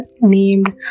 named